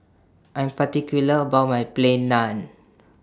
I'm particular about My Plain Naan